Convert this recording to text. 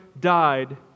died